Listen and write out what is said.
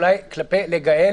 אולי לגאל ולנינא,